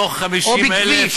מתוך 50,000,